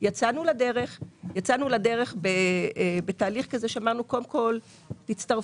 יצאנו לדרך בתהליך כזה שאמרנו שקודם כל תצטרפו,